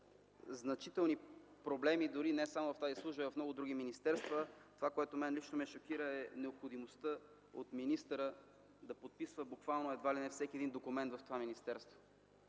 значителни проблеми не само в тази служба, а и в много други министерства. Това, което мен лично ме шокира, е необходимостта министърът на подписва едва ли не всеки един документ в това министерство.